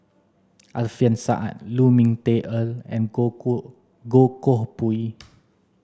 Alfian Sa'at Lu Ming Teh Earl and Goh Koh Goh Koh Pui